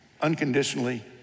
unconditionally